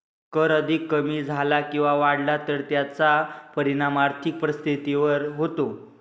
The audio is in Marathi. कर अधिक कमी झाला किंवा वाढला तर त्याचा परिणाम आर्थिक परिस्थितीवर होतो